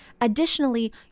additionally